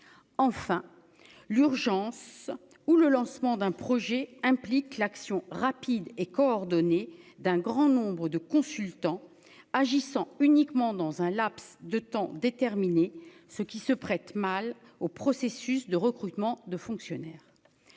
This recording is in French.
enfin l'urgence ou le lancement d'un projet implique l'action rapide et coordonnée d'un grand nombre de consultants agissant uniquement dans un laps de temps déterminé ce qui se prête mal au processus de recrutement de fonctionnaires